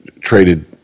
traded